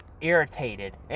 irritated